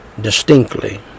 distinctly